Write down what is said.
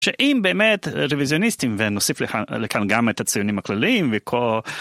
שאם באמת רוויזיוניסטים ונוסיף לכאן גם את הציונים הכלליים וכל...